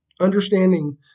understanding